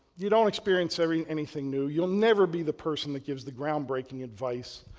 you don't experience i mean anything new. you'll never be the person that gives the ground-breaking advice.